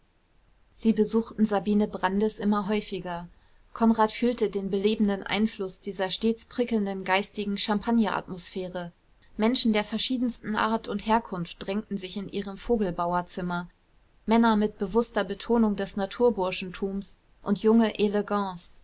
sie besuchten sabine brandis immer häufiger konrad fühlte den belebenden einfluß dieser stets prickelnden geistigen champagneratmosphäre menschen der verschiedensten art und herkunft drängten sich in ihrem vogelbauerzimmer männer mit bewußter betonung des naturburschentums und junge elegants